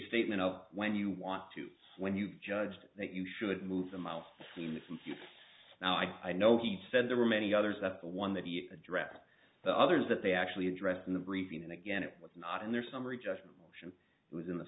statement of when you want to when you've judged that you should move the mouse now i know he said there were many others that the one that he addressed the others that they actually addressed in the briefing and again it was not in their summary judgment motion it was in the